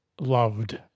loved